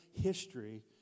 history